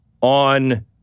on